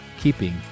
keeping